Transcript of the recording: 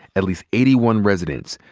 at least eighty one residents,